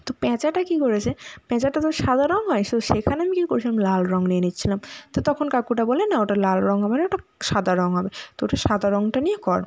তো পেঁচাটা কি করেছে পেঁচাটা তো সাদা রং হয় সো সেখানে আমি কি করেছিলাম লাল রং নিয়ে নিচ্ছিলাম তো তখন কাকুটা বলে না ওটা লাল রং হবে না ওটা সাদা রং হবে তুই ওটা সাদা রংটা নিয়ে কর